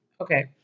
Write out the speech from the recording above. okay